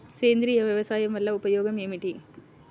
సేంద్రీయ వ్యవసాయం వల్ల ఉపయోగం ఏమిటి?